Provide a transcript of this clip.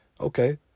okay